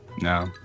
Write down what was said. No